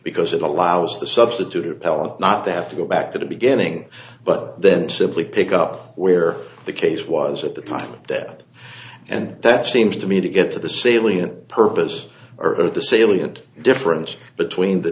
because it allows the substitute appellant not to have to go back to the beginning but then simply pick up where the case was at the top of that and that seems to me to get to the salient purpose or the salient difference between the